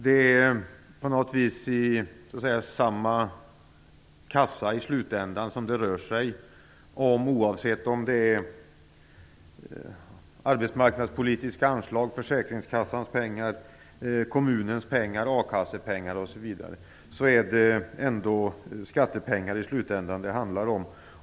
Det rör sig i slutänden om samma kassa, oavsett om det är arbetsmarknadspolitiska anslag, Försäkringskassans pengar, kommunens pengar, a-kassepengar osv. Det är ändå skattepengar det handlar om.